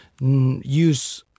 use